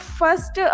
first